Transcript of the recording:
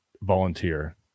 volunteer